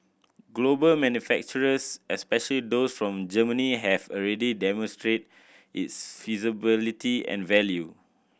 global manufacturers especially those from Germany have already demonstrated its feasibility and value